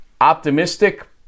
optimistic